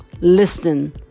listening